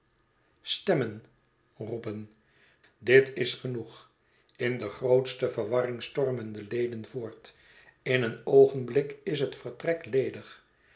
stemmen roepen dit is genoeg in de grootste verwarring stormen de leden voort in een oogenblik is het vertrek ledig